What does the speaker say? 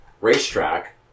racetrack